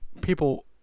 people